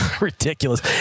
Ridiculous